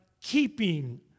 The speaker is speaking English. keeping